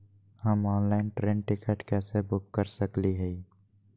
हम online train ticket कैसे book कर सकली हई?